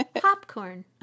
Popcorn